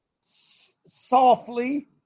softly